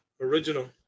Original